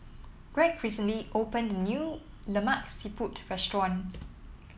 Gregg recently opened a new Lemak Siput restaurant